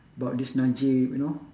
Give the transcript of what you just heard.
about this najib you know